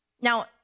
Now